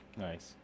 nice